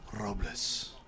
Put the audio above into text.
Robles